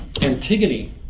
Antigone